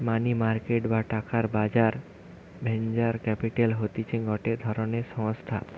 মানি market বা টাকার বাজার ভেঞ্চার ক্যাপিটাল হতিছে গটে ধরণের সংস্থা